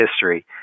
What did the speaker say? history